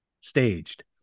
staged